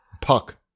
Puck